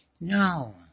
No